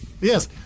Yes